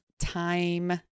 time